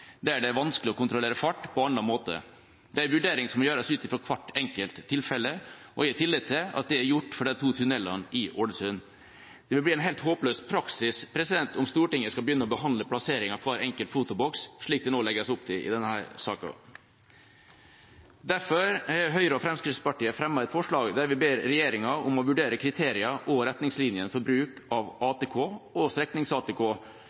der det er vanskelig å kontrollere fart på annen måte. Det er en vurdering som må gjøres i hvert enkelt tilfelle, og jeg har tillit til at det er gjort for de to tunnelene i Ålesund. Det vil bli en helt håpløs praksis om Stortinget skal begynne å behandle plassering av hver enkelt fotoboks, slik det nå legges opp til i denne saken. Derfor har Høyre og Fremskrittspartiet fremmet et forslag der vi ber regjeringa om å vurdere kriteriene og retningslinjene for bruk av ATK og